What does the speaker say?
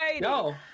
no